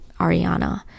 Ariana